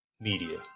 media